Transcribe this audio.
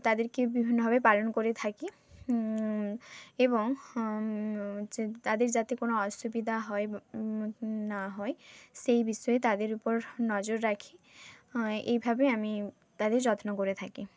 তাদেরকে বিভিন্নভাবে পালন করে থাকি এবং হচ্ছা তাদের যাতে কোনও অসুবিধা হয় না হয় সেই বিষয়ে তাদের উপর নজর রাখি এইভাবে আমি তাদের যত্ন করে থাকি